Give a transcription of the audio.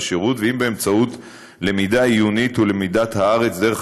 השירות ואם באמצעות למידה עיונית ולמידת הארץ דרך